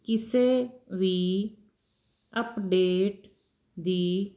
ਕਿਸੇ ਵੀ ਅਪਡੇਟ ਦੀ